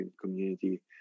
community